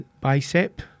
Bicep